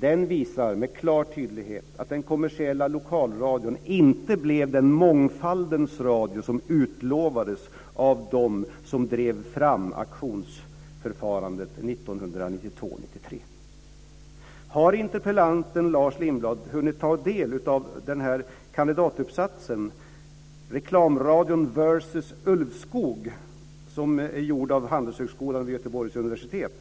Den visar med klar tydlighet att den kommersiella lokalradion inte blev den mångfaldens radio som utlovades av dem som drev fram auktionsförfarandet Har interpellanten Lars Lindblad hunnit ta del av kandidatuppsatsen Reklamradion versus Ulvskog som är gjord av Handelshögskolan vid Göteborgs universitet?